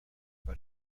but